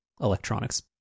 electronics